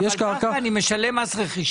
ועל קרקע אני משלם מס רכישה?